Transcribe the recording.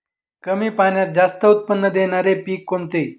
कमी पाण्यात जास्त उत्त्पन्न देणारे पीक कोणते?